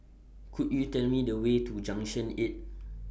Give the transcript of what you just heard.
Could YOU Tell Me The Way to Junction eight